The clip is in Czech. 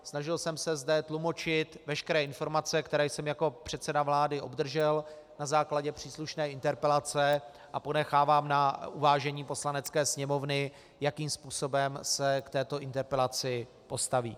Snažil jsem se zde tlumočit veškeré informace, které jsem jako předseda vlády obdržel na základě příslušné interpelace, a ponechávám na uvážení Poslanecké sněmovny, jakým způsobem se k této interpelaci postaví.